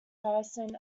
harrison